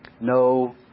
No